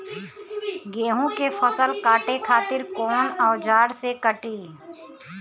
गेहूं के फसल काटे खातिर कोवन औजार से कटी?